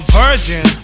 virgin